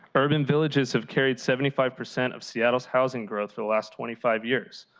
urban villages have carried seventy five percent of seattle's housing growth for the last twenty five years.